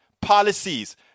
policies